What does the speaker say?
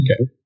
Okay